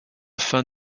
fin